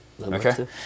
Okay